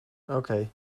okej